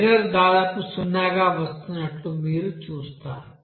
error దాదాపు సున్నాగా వస్తున్నట్లు మీరు చూస్తారు